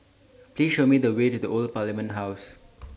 Please Show Me The Way to The Old Parliament House